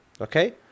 Okay